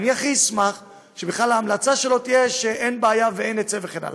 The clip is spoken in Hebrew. אני הכי אשמח שבכלל ההמלצה שלו תהיה שאין בעיה ואין היצף וכן הלאה.